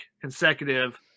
consecutive